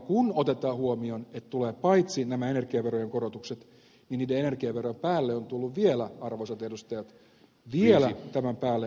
kun otetaan huomioon että tulee paitsi nämä energiaverojen korotukset niin niiden energiaverojen päälle on tullut arvoisat edustajat vielä tämän päälle arvonlisäveron vaikutus